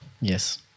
Yes